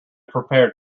prepared